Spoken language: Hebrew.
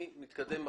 אני מתקדם בחקיקה.